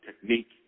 technique